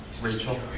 Rachel